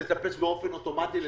זה מעלה גם את האומדן התקציבי.